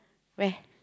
where